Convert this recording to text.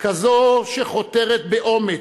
כזו שחותרת באומץ,